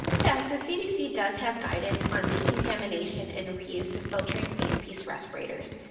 yeah, so cdc does have guidance on decontamination and reuse of filtering facepiece respirators,